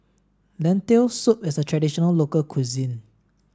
lentil soup is a traditional local cuisine